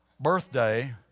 birthday